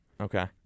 Okay